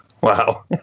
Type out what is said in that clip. Wow